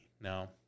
Now